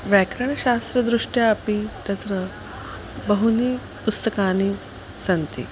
व्याकरणशास्त्रदृष्ट्या अपि तत्र बहूनि पुस्तकानि सन्ति